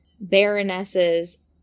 baronesses